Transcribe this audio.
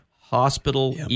hospital